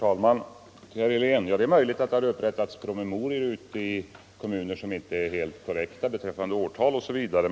Herr talman! Det är möjligt, herr Helén, att det ute i kommuner har upprättats promemorior som inte varit helt korrekta beträffande årtal osv.